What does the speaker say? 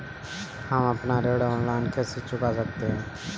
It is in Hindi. हम अपना ऋण ऑनलाइन कैसे चुका सकते हैं?